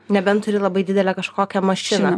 nebent turi labai didelę kažkokią mašiną